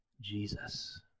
Jesus